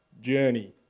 journey